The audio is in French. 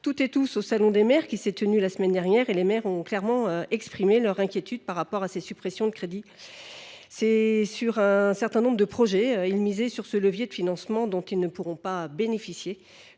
toutes et tous, du congrès des maires, qui s’est tenu la semaine dernière. Les maires ont clairement exprimé leurs inquiétudes quant à ces suppressions de crédits. Pour un certain nombre de dossiers, ils misaient sur ce levier de financement, dont ils ne pourront bénéficier